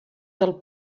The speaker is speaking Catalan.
del